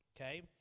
okay